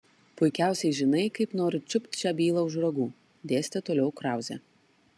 puikiausiai žinai kaip noriu čiupt šią bylą už ragų dėstė toliau krauzė